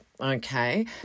okay